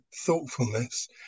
thoughtfulness